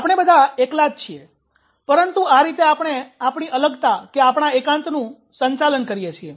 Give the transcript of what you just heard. આપણે બધા એકલા જ છીએ પરંતુ આ રીતે આપણે આપણી અલગતાએકાંત નું સંચાલન કરીએ છીએ